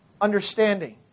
understanding